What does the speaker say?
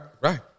Right